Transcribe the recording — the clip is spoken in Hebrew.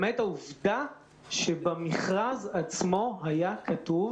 למעט העובדה שבמכרז עצמו היה כתוב